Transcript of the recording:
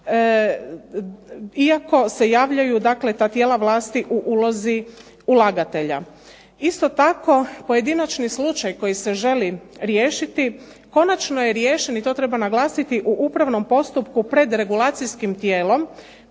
iako se javljaju dakle ta tijela vlasti u ulozi ulagatelja. Isto tako pojedinačni slučaj koji se želi riješiti, konačno je riješen i to treba naglasiti u upravnom postupku pred regulacijskim tijelom,